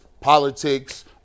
politics